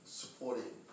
supporting